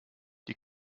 die